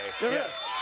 Yes